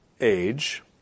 age